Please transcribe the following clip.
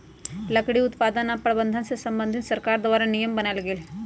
लकड़ी उत्पादन आऽ प्रबंधन से संबंधित सरकार द्वारा नियम बनाएल गेल हइ